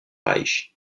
reich